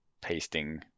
pasting